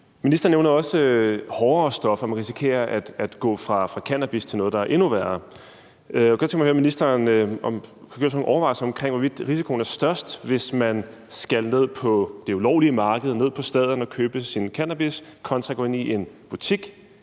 ministeren nævner også hårdere stoffer, at man risikerer at gå fra cannabis til noget, der er endnu værre, og jeg kunne godt tænke mig at høre ministeren, om ministeren har gjort sig nogle overvejelser omkring, hvorvidt risikoen er størst, hvis man skal ned på det ulovlige marked, ned på Staden, for at købe sin cannabis, kontra hvis man skal ind en butik,